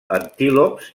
antílops